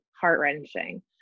heart-wrenching